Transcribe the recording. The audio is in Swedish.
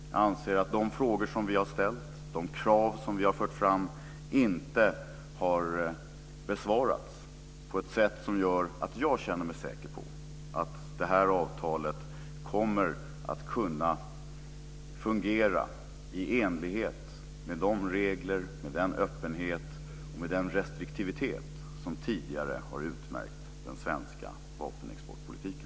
Jag anser att de frågor som vi har ställt, de krav som vi har fört fram, inte har besvarats på ett sätt som gör att jag känner mig säker på att det här avtalet kommer att kunna fungera i enlighet med de regler, med den öppenhet och med den restriktivitet som tidigare har utmärkt den svenska vapenexportpolitiken.